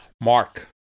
Mark